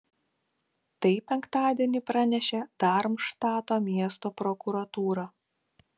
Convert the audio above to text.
tai penktadienį pranešė darmštato miesto prokuratūra